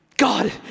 God